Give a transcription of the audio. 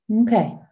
Okay